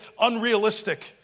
unrealistic